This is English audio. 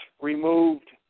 removed